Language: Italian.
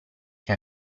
che